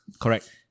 Correct